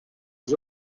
was